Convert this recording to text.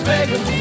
Vegas